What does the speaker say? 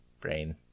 brain